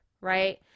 right